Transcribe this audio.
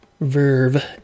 verve